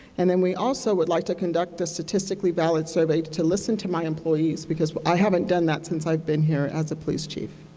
and then we also would like to conduct a statistically valid survey to listen to my employees, because i haven't done that since i have been here as a police chief.